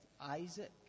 Isaac